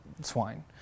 swine